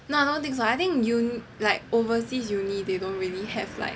no I don't think so I think overseas uni they don't really have like